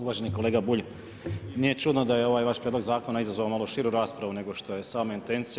Uvaženi kolega Bulj, nije čudno da je ovaj vaš prijedlog Zakona izazvao malo širu raspravu nego što je sama intencija.